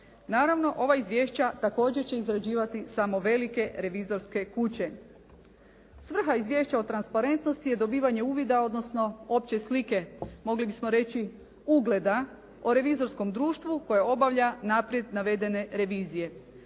Naravno, ova izvješća također će izraživati samo velike revizorske kuće. Svrha izvješća o transparentnosti je dobivanje uvida, odnosno opće slike, mogli bismo reći ugleda o revizorskom društvu koje obavlja naprijed navedene revizije.